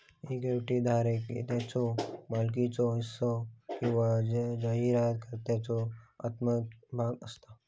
equity धारक त्याच्यो मालकीचो हिस्सो किंवा जारीकर्त्याचो अंशात्मक भाग असता